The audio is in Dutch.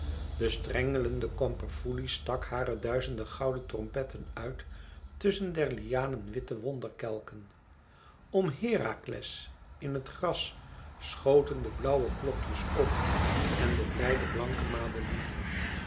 strengelende kamperfoelie stak hare duizende gouden trompetten uit tusschen der lianen witte wonderkelken om herakles in het gras schoten de blauwe klokjes op en de blij blanke madelieven